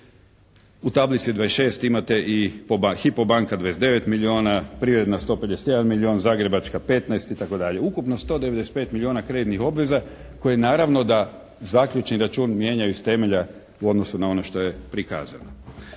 U tablici 26. imate i "Hypo banka" 29 milijuna, "Privredna" 151 milijun, "Zagrebačka" 15 itd. Ukupno 195 milijuna kreditnih obveza koje naravno da zaključni račun mijenjaju iz temelja u odnosu na ono što je prikazano.